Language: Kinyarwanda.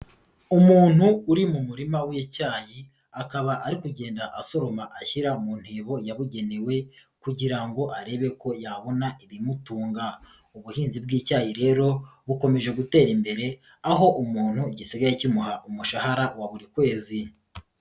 Umuntu uri mu murima w'icyayi akaba ari kugenda asoroma ashyira mu ntebo yabugenewe kugira ngo arebe ko yabona ibimutunga. Ubuhinzi bw'icyayi rero bukomeje gutera imbere aho umuntu gisigaye kimuha umushahara wa buri kwezi.